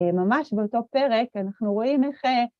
ממש באותו פרק אנחנו רואים איך...